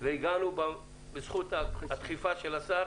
והגענו בזכות הדחיפה של השר